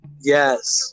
Yes